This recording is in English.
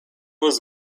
was